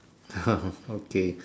ah okay